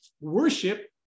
worship